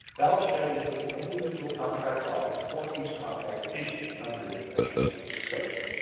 that will show you the individual contract clauses for each contract issued under professional services schedule.